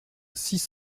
six